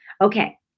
Okay